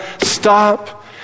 stop